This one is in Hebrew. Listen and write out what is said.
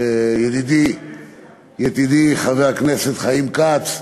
ידידי חבר הכנסת חיים כץ,